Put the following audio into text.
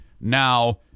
now